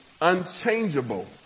unchangeable